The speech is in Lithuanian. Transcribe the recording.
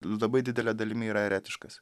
labai didele dalimi yra eretiškas